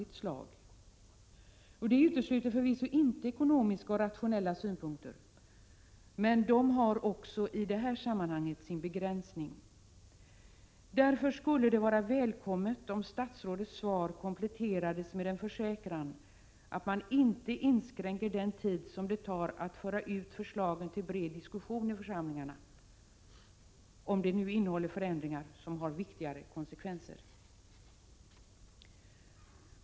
1987/88:50 | inte ekonomiska och rationella synpunkter, men de har också i detta 13 januari 1988 sammanhang sin begränsning. Därför skulle det vara välkommet om statsrådets svar kompletterades med en försäkran om att man inte inskränker den tid som det tar att föra ut förslagen till bred diskussion i församlingarna, om förslagen innehåller förändringar som får viktiga konsekvenser.